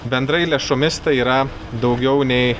bendrai lėšomis tai yra daugiau nei